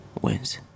wins